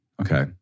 Okay